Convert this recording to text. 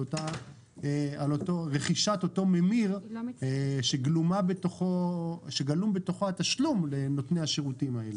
על רכישת אותו ממיר שגלום בתוכו התשלום לנותני השירותים האלה.